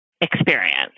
experience